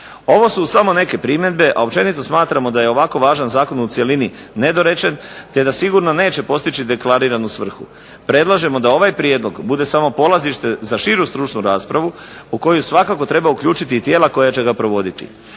Ovo su samo neke primjedbe, a općenito smatramo da je ovako važan zakon u cjelini nedorečen te da sigurno neće postići deklariranu svrhu. Predlažemo da ovaj prijedlog bude samo polazište za širu stručnu raspravu u koju svakako treba uključiti i tijela koja će ga provoditi.